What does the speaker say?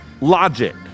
logic